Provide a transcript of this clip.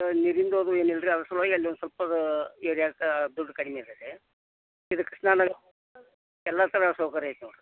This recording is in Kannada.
ನೀರರಿಂದ ಅದು ಏನು ಇಲ್ರಿ ಅದ್ರ ಸಲುವಾಗಿ ಅಲ್ಲಿ ಒಂದು ಸಲ್ಪ ಏರಿಯಾಕ ದುಡ್ಡು ಕಡಿಮೆ ಅದ ರೀ ಇದು ಕೃಷ್ಣನಗರ ಎಲ್ಲಾ ಥರ ಸೌಕರ್ಯ ಐತಿ ನೊಡ್ರಿ